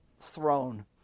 throne